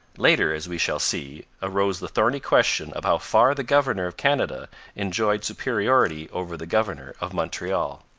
later, as we shall see, arose the thorny question of how far the governor of canada enjoyed superiority over the governor of montreal.